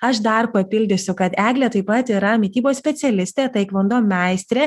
aš dar papildysiu kad eglė taip pat yra mitybos specialistė taikvando meistrė